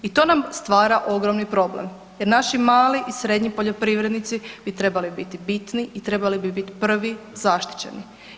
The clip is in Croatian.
I to nam stvar ogromni problem jer naši mali i srednji poljoprivrednici bi trebali biti bitni i trebali bi biti prvi zaštićeni.